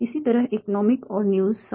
इसी तरह इकनोमिक और न्यूज़ संबंधित हैं